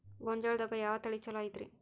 ಗೊಂಜಾಳದಾಗ ಯಾವ ತಳಿ ಛಲೋ ಐತ್ರಿ?